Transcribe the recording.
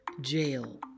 Jail